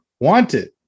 Wanted